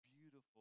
beautiful